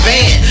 Van